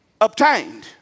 Obtained